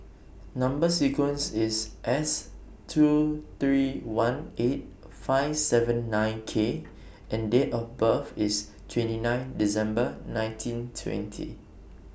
Number sequence IS S two three one eight five seven nine K and Date of birth IS twenty nine December nineteen twenty